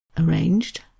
arranged